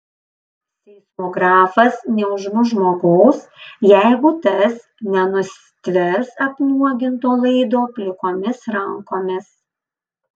seismografas neužmuš žmogaus jeigu tas nenustvers apnuoginto laido plikomis rankomis